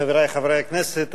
חברי חברי הכנסת,